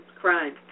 crime